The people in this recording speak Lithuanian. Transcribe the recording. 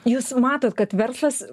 jūs matot kad verslas